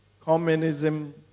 communism